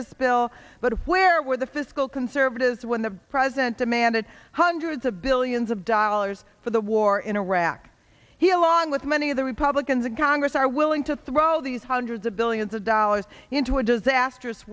this bill but where were the fiscal conservatives when the president demanded hundreds of billions of dollars for the war in iraq he along with many of the republicans a congress are willing to throw these hundreds of billions of dollars into a disastrous